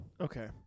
Okay